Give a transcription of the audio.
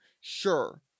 Sure